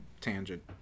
tangent